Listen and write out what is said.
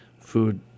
food